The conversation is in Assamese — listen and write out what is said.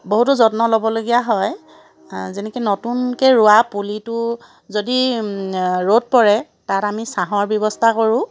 বহুতো যত্ন ল'বলগীয়া হয় যেনেকৈ নতুনকৈ ৰোৱা পুলিটো যদি ৰ'দ পৰে তাত আমি ছাঁহৰ ব্যৱস্থা কৰোঁ